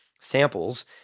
Samples